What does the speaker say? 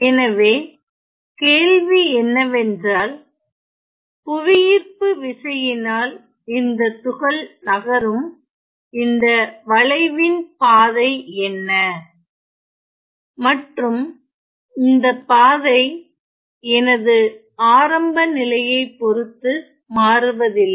எனவே கேள்வி என்னவென்றால் புவியீர்ப்பு விசையினால் இந்த துகள் நகரும் இந்த வளைவின் பாதை என்ன மற்றும் இந்த பாதை எனது ஆரம்ப நிலையை பொறுத்து மாறுவதில்லை